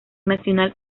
nacional